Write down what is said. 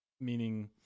meaning